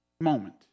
moment